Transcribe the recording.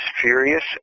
furious